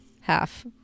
Half